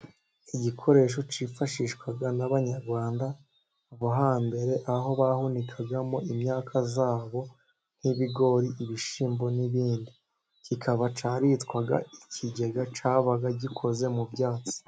Igikoresho cyifashishwaga n'abanyarwanda bo hambere, aho bahunikagamo imyaka yabo nk'ibigori, ibishyimbo, n'ibindi, kikaba cyaritwaga ikigega, cyabaga gikoze mu byatsi.